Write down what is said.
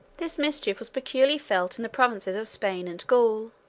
this mischief was peculiarly felt in the provinces of spain and gaul,